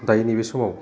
दायो नैबे समाव